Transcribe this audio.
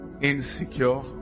insecure